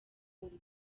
ubu